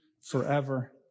forever